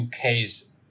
UK's